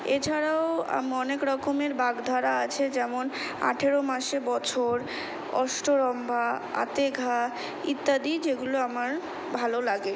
এছাড়াও অনেক রকমের বাগধারা আছে যেমন আঠেরো মাসে বছর অষ্টরম্ভা আঁতে ঘা ইত্যাদি যেগুলো আমার ভালো লাগে